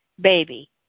baby